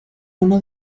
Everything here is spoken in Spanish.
uno